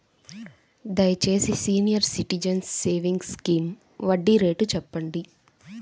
దయచేసి senior citizens savings scheme వడ్డీ rate చెప్పండి